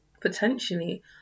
potentially